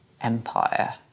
empire